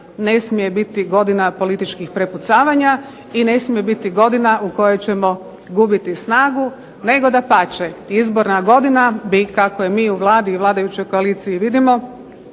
ne smije biti godina političkih prepucavanja i ne smije biti godina u kojoj ćemo gubiti snagu nego dapače izborna godina kako je mi u Vladi i vladajućoj koaliciji vidimo